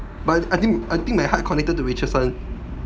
but I think I think my heart connected to rachel's one